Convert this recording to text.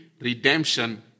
redemption